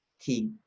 key